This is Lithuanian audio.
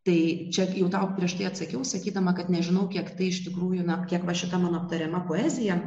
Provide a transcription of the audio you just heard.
tai čia jau tau prieš tai atsakiau sakydama kad nežinau kiek tai iš tikrųjų na kiek va šita mano aptariama poezija